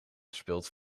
speelt